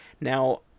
Now